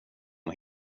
att